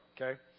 okay